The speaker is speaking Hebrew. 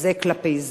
זה כלפי זה.